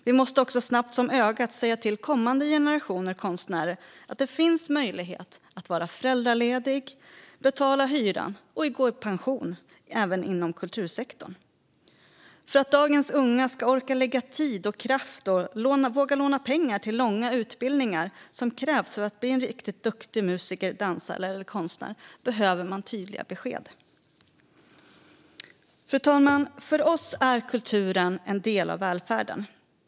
Vi måste också snabbt som ögat säga till kommande generationer konstnärer att det finns möjlighet att vara föräldraledig, betala hyran och gå i pension även inom kultursektorn. För att dagens unga ska orka lägga tid och kraft och för att de ska våga låna pengar till de långa utbildningar som krävs för att man ska bli en riktigt duktig musiker, dansare eller bildkonstnär behövs tydliga besked. Fru talman! För oss är kulturen en del av välfärden.